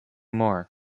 more